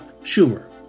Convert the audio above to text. Schumer